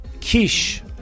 Kish